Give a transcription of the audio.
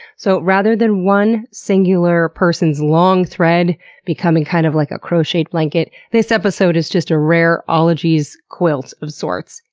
so rather than one, singular person's long thread becoming kind of like a crocheted blanket, this episode is just a rare ologies quilt of sorts.